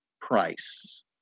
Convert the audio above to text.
Price